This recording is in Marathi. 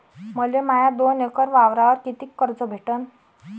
मले माया दोन एकर वावरावर कितीक कर्ज भेटन?